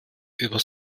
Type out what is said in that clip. über